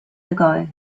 ago